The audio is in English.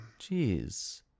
Jeez